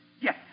Yes